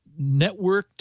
networked